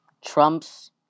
Trump's